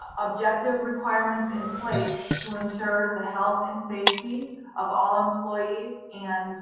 objective requirements in place to ensure the health and safety of all employees and